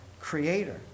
Creator